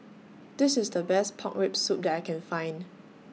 This IS The Best Pork Rib Soup that I Can Find